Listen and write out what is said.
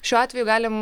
šiuo atveju galim